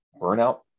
burnout